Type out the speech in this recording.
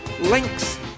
links